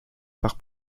par